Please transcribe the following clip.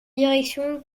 direction